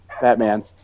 Batman